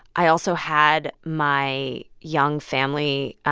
i also had my young family,